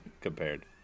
compared